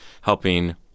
helping